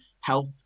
help